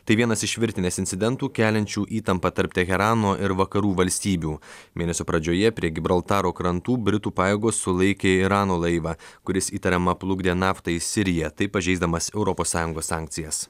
tai vienas iš virtinės incidentų keliančių įtampą tarp teherano ir vakarų valstybių mėnesio pradžioje prie gibraltaro krantų britų pajėgos sulaikė irano laivą kuris įtariama plukdė naftą į siriją taip pažeisdamas europos sąjungos sankcijas